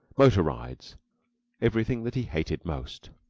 motor-rides everything that he hated most.